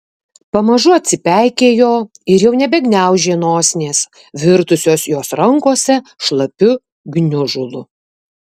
pamažu atsipeikėjo ir jau nebegniaužė nosinės virtusios jos rankose šlapiu gniužulu